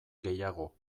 gehiago